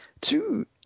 Two